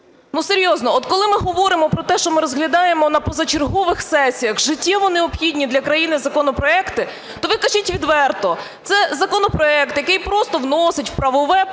Ну, серйозно, от коли ми говоримо про те, що ми розглядаємо на позачергових сесіях життєво необхідні для країни законопроекти, то ви кажіть відверто: це законопроект, який просто вносить в правове